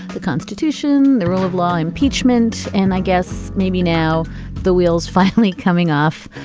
the constitution, the rule of law, impeachment, and i guess maybe now the wheels finally coming off.